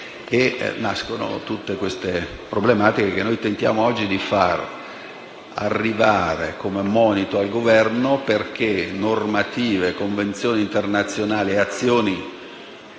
nascono le problematiche che noi tentiamo oggi di far arrivare come monito al Governo, perché normative, convenzioni internazionali e azioni di